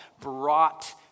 brought